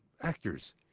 actors